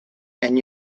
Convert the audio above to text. and